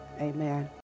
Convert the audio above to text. Amen